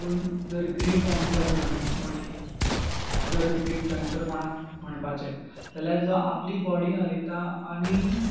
पूण जर great dancer म्हण म्हणीत जर ग्रेट डांसर कोणाक म्हणपाचें जाल्यार जो आपली बॉडी हालयता आनी